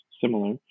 similar